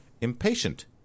Impatient